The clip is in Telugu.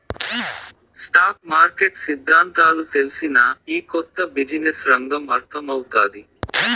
స్టాక్ మార్కెట్ సిద్దాంతాలు తెల్సినా, ఈ కొత్త బిజినెస్ రంగం అర్థమౌతాది